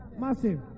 Massive